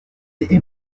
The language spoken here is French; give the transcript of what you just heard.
est